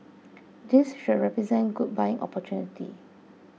this should represent good buying opportunity